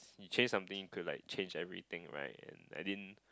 you change something you could like change everything right and I didn't